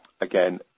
Again